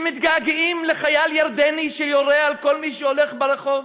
שמתגעגעים לחייל ירדני שיורה על כל מי שהולך ברחוב.